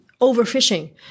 overfishing